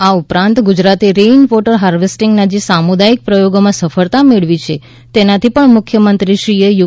આ ઉપરાંત ગુજરાતે રેઇન વોટર હાર્વેસ્ટીંગના જે સામુદાયિક પ્રથોગોમાં સફળતા મેળવી છે તેનાથી પણ મુખ્યમંત્રીશ્રીએ યુ